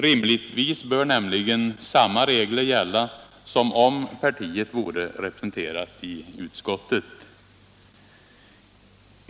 Rimligtvis bör nämligen samma regler gälla som om partiet vore representerat i utskottet.